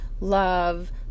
love